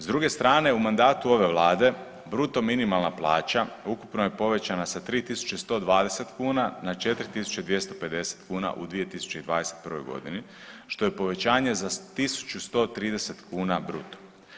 S druge strane u mandatu ove vlade bruto minimalna plaća ukupno je povećana sa 3.120 kuna na 4.250 kuna u 2021.g., što je povećanje za 1.130 kuna bruto.